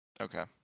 Okay